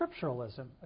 scripturalism